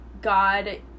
God